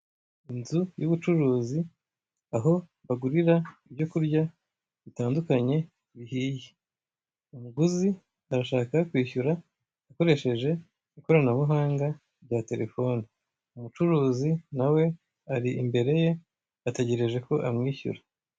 Inzu y'ubucuruzi aho bagurira ibyo kurya bitandukanye bihiye, umuguzi arashaka kwishyura akoresheje ikoranabuhanga rya telefone umucuruzi nawe ari imbere ye ategereje ko amwishyura.